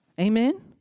Amen